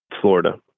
Florida